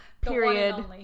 period